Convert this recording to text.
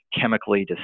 chemically